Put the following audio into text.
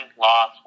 loss